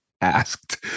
asked